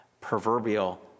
proverbial